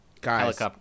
Guys